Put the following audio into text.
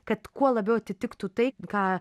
kad kuo labiau atitiktų tai ką